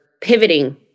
pivoting